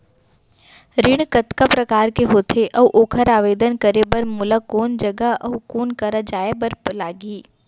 ऋण कतका प्रकार के होथे अऊ ओखर आवेदन करे बर मोला कोन जगह अऊ कोन करा जाए बर लागही?